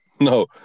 no